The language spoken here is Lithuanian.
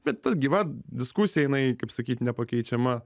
bet ta gyva diskusija jinai kaip sakyt nepakeičiama